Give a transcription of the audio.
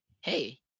hey